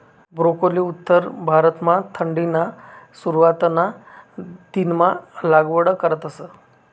broccoli उत्तर भारतमा थंडीना सुरवातना दिनमा लागवड करतस